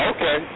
Okay